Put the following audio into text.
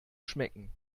schmecken